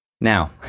Now